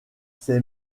ses